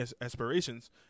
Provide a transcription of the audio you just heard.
aspirations